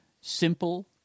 simple